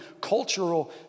cultural